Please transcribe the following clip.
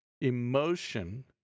emotion